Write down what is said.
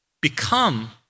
become